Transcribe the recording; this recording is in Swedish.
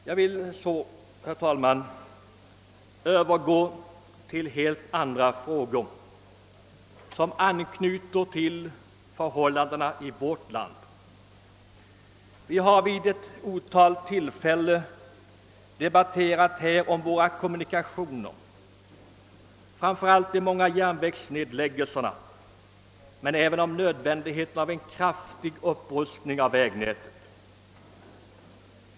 Jag vill sedan, herr talman, övergå till helt andra frågor som anknyter till förhållandena i vårt land. Vi har i riksdagen vid ett otal tillfällen debatterat våra kommunikationer, framför allt de många järnvägsnedläggningarna men även nödvändigheten av en kraftig upprustning av vägnätet.